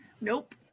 Nope